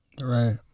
Right